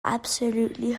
absolutely